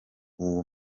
uwo